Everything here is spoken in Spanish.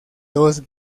dos